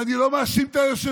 ואני לא מאשים את היושב-ראש,